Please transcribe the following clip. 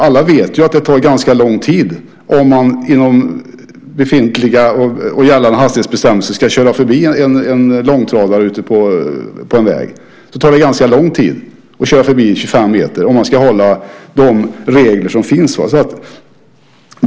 Alla vet att det tar ganska lång tid om man inom gällande hastighetsbestämmelser ska köra förbi en långtradare ute på en väg. Det tar ganska lång tid att köra förbi 25 meter om man ska hålla de regler som finns.